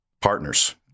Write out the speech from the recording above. partners